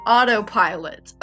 Autopilot